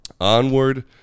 Onward